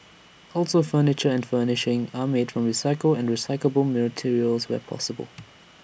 also furniture and furnishings are made from recycled and recyclable materials where possible